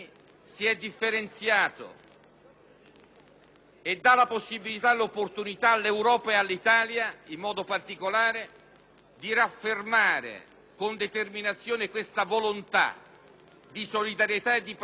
e dà la possibilità e l'opportunità all'Europa, e all'Italia in modo particolare, di riaffermare con determinazione questa volontà di solidarietà e di presenza nei confronti degli altri popoli.